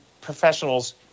professionals